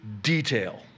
detail